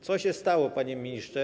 Co się stało, panie ministrze?